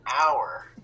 hour